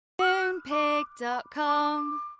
Moonpig.com